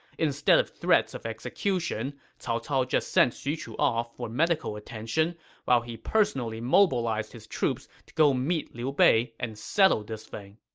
instead of threats of execution, cao cao just sent xu chu off for medical attention while he personally mobilized his troops to go meet liu bei and settle this thing